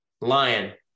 lion